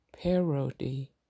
parody